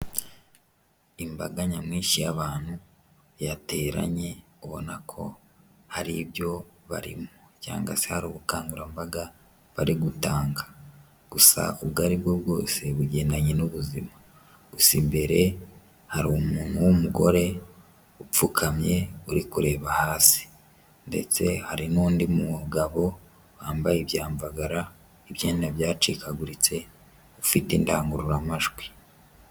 Imbaga nyamwinshi y'abantu yateranye ubona ko hari ibyo barimo cyangwa se hari ubukangurambaga bari gutanga, gusa ubwo ari bwo bwose bugendanye n'ubuzima. Gusa imbere hari umuntu w'umugore upfukamye uri kureba hasi, ndetse hari n'undi mugabo wambaye ibyamvagara ibyenda byacikaguritse ufite indangururamajwi.